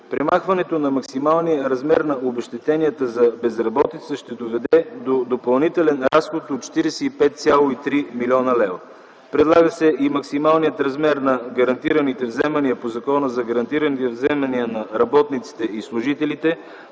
Премахването на максималния размер на обезщетенията за безработица ще доведе до допълнителен разход от 45,3 млн. лв. Предлага се и максималният размер на гарантираните вземания по Закона за гарантираните вземания на работниците и служителите